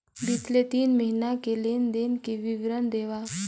बितले तीन महीना के लेन देन के विवरण देवा?